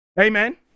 Amen